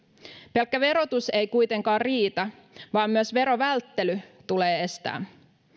pelkkä verotus ei kuitenkaan riitä vaan myös verovälttely tulee estää